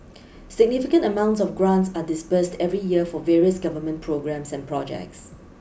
significant amounts of grants are disbursed every year for various Government programmes and projects